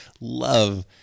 love